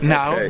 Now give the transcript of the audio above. now